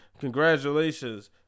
Congratulations